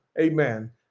amen